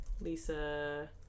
Lisa